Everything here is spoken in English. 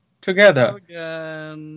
Together